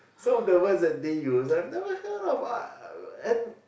some of the words that they use I have never heard of uh and